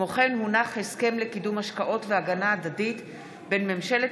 הסכם לקידום השקעות והגנה הדדית עליהן בין ממשלת